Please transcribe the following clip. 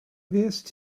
fuest